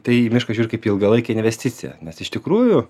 tai į mišką žiūri kaip ilgalaikę investiciją nes iš tikrųjų